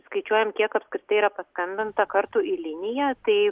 skaičiuojam kiek apskritai yra paskambinta kartų į liniją tai